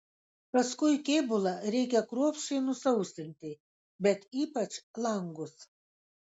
paskui kėbulą reikia kruopščiai nusausinti bet ypač langus